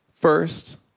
first